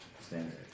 Standard